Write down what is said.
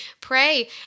Pray